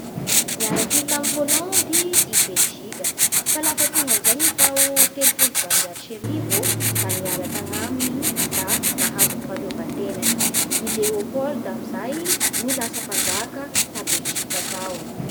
Niaraky tamin'i Holandy i Belzika; fa lafa tonga amin'izay ny tao telopolo sy valonjato sy arivo ô da niala tagnaminy da nahazo ny fahaleovan-tenany. I Léopold amin'izay no lasa mpanjaka ta Belzika tao.